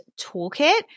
Toolkit